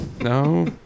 No